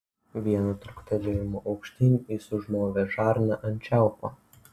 vienu trūktelėjimu aukštyn jis užmovė žarną ant čiaupo